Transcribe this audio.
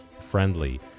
friendly